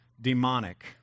demonic